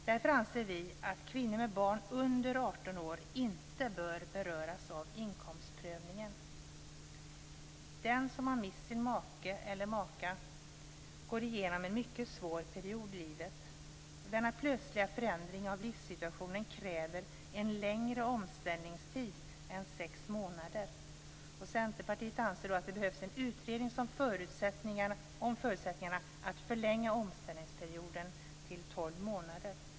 Därför anser vi att kvinnor med barn under 18 år inte bör beröras av inkomstprövningen. Den som har mist sin make eller maka går igenom en mycket svår period i livet. Denna plötsliga förändring av livssituationen kräver en längre omställningstid än sex månader. Centerpartiet anser att det behövs en utredning om förutsättningarna för att förlänga omställningsperioden till tolv månader.